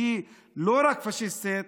היא לא רק פשיסטית,